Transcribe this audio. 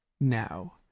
now